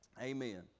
amen